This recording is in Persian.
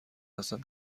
هستم